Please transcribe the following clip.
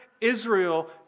Israel